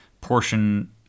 portion